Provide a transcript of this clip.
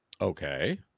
Okay